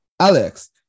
Alex